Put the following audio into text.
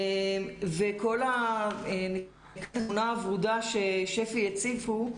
כל התמונה הוורודה ששפ"י הציפו,